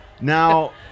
Now